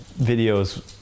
videos